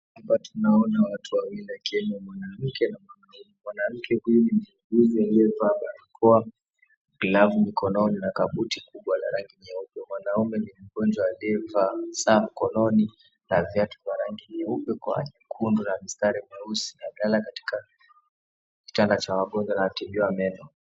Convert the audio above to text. Hapa tunaona watu wawili wakiwemo mwanamke na mwanume. Mwanamke huyu ni muuguzi aliyevaaa barakoa glavu mkononi na kabuti kubwa la rangi nyeupe mwanaume ni mgonjwa aliyevaa saa mkononi na viatu vya rangi nyeupe kwa nyekundu na mistari meusi amelala katika kitanda cha wagonjwa anatibiwa meno.